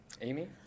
Amy